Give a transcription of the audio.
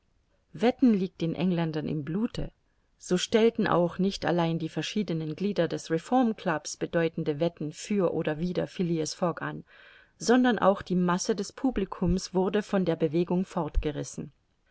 wetten liegt den engländern im blute so stellten auch nicht allein die verschiedenen glieder des reformclubs bedeutende wetten für oder wider phileas fogg an sondern auch die masse des publicums wurde von der bewegung